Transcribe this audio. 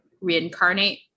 reincarnate